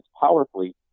powerfully